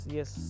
Yes